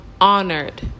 honored